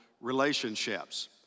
relationships